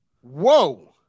Whoa